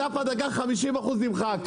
ענף הדגה, 50% נמחק.